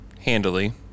handily